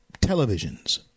televisions